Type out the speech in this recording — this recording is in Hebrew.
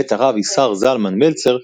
ואת הרב איסר זלמן מלצר,